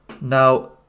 Now